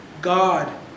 God